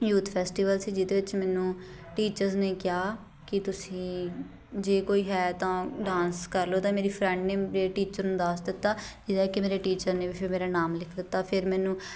youth festival ਸੀ ਜਿਹਦੇ ਵਿੱਚ ਮੈਨੂੰ ਟੀਚਰਸ ਨੇ ਕਿਹਾ ਕਿ ਤੁਸੀਂ ਜੇ ਕੋਈ ਹੈ ਤਾਂ ਡਾਂਸ ਕਰ ਲਉ ਤਾਂ ਮੇਰੀ ਫਰੈਂਡ ਨੇ ਮੇਰੇ ਟੀਚਰ ਨੂੰ ਦੱਸ ਦਿੱਤਾ ਜਿਹਦਾ ਕਿ ਮੇਰੇ ਟੀਚਰ ਨੇ ਵੀ ਫਿਰ ਮੇਰਾ ਨਾਮ ਲਿਖ ਦਿੱਤਾ ਫਿਰ ਮੈਨੂੰ